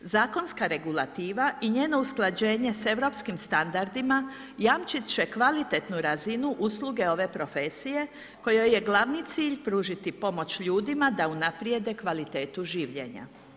Zakonska regulativa i njeno usklađenje sa europskim standardima jamčit će kvalitetnu razinu usluge ove profesije kojoj je glavni cilj pružiti pomoć ljudima da unaprijede kvalitetu življenja.